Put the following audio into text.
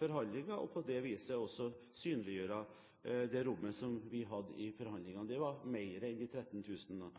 forhandlinger og på det viset synliggjøre det rommet som vi hadde i forhandlingene. Det var mer enn de 13 000.